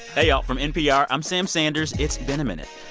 hey, y'all. from npr, i'm sam sanders it's been a minute.